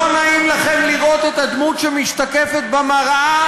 לא נעים לכם לראות את הדמות שמשתקפת במראה?